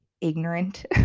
ignorant